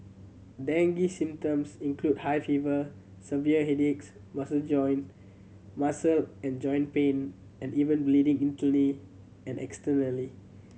dengue symptoms include high fever severe headaches muscle joint muscle and joint pain and even bleeding internally and externally